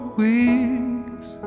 weeks